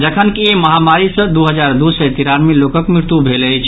जखनकि ई महामारी सॅ दू हजार दू सय तिरानवे लोकक मृत्यु भेल अछि